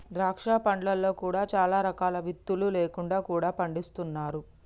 ద్రాక్ష పండ్లలో కూడా చాలా రకాలు విత్తులు లేకుండా కూడా పండిస్తున్నారు